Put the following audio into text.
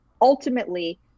ultimately